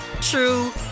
true